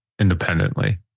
Independently